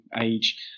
age